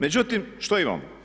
Međutim što imamo?